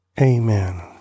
Amen